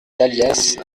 dahlias